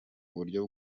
uburyo